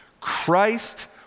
Christ